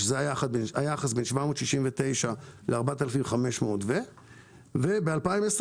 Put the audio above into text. שזה היחס בין 769 ל-4,500 ויותר,